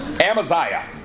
Amaziah